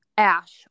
ash